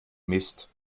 mist